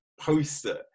poster